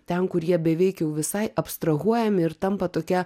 ten kur jie beveik jau visai abstrahuojami ir tampa tokia